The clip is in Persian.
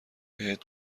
بهت